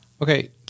Okay